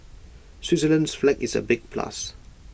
Switzerland's flag is A big plus